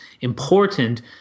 important